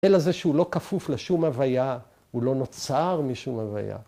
‫אלא זה שהוא לא כפוף לשום הוויה, ‫הוא לא נוצר משום הוויה.